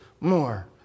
more